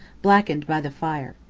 blackened by the fire.